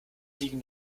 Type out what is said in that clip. liegen